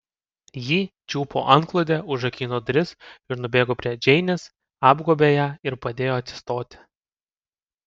ji čiupo antklodę užrakino duris ir nubėgo prie džeinės apgobė ją ir padėjo atsistoti